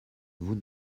vous